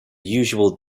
usual